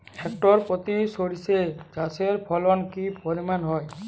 Hectare প্রতি সর্ষে চাষের ফলন কি পরিমাণ হয়?